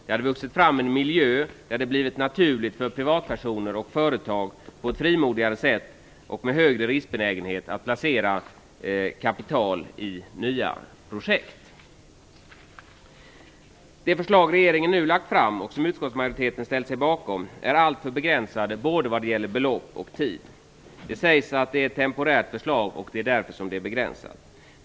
Det hade vuxit fram en miljö där det blivit naturligt för privatpersoner och företag att på ett frimodigare sätt och med högre riskbenägenhet placera kapital i nya projekt. De förslag regeringen nu har lagt fram och som utskottsmajoriteten ställer sig bakom är alltför begränsade både vad gäller belopp och tid. Det sägs att det är ett temporärt förslag och att det därför är begränsat.